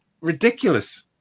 ridiculous